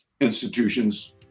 institutions